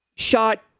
Shot